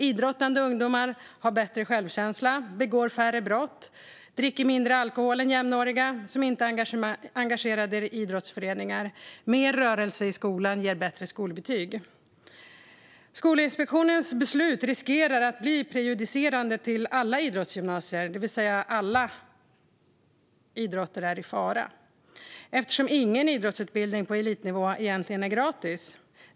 Idrottande ungdomar har bättre självkänsla, begår färre brott och dricker mindre alkohol än jämnåriga som inte är engagerade i idrottsföreningar. Mer rörelse i skolan ger också bättre skolbetyg. Skolinspektionens beslut riskerar att bli prejudicerande för alla idrottsgymnasier. Alla idrotter är alltså i fara, eftersom ingen idrottsutbildning på elitnivå egentligen är gratis.